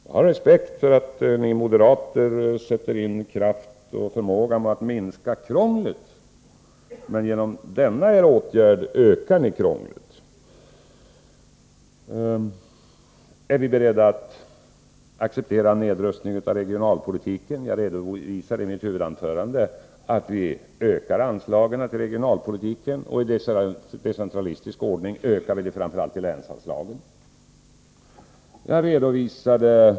Jag har respekt för att ni moderater sätter in kraft och förmåga på att minska krånglet, men genom denna er åtgärd ökar ni krånglet. En annan fråga löd: Är ni beredda att acceptera en nedrustning av regionalpolitiken? Jag redovisade i mitt huvudanförande att vi ökar anslagen till regionalpolitiken, och i decentralistisk ordning ökar vi framför allt länsanslagen.